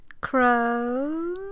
Crow